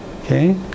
Okay